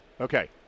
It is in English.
Okay